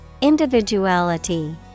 Individuality